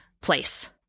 place